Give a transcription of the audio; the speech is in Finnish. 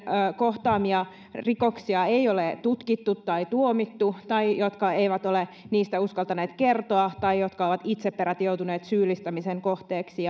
kohtaamia rikoksia ei ole tutkittu tai tuomittu tai jotka eivät ole niistä uskaltaneet kertoa tai jotka ovat itse peräti joutuneet syyllistämisen kohteeksi